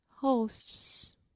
Hosts